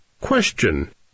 Question